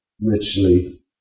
richly